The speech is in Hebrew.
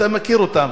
אתה מכיר אותן.